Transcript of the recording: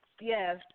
Yes